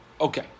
Okay